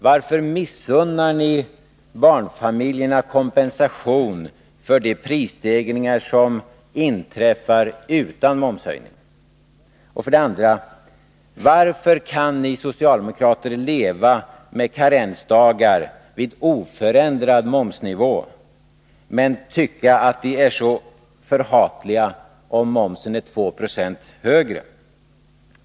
Varför missunnar ni barnfamiljerna kompensation för de prisstegringar som inträffar utan momshöjning? För det andra: Varför kan ni socialdemokrater leva med karensdagar vid oförändrad momsnivå men tycker att de är så förhatliga om momsen är 2 96 högre?